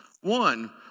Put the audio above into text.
one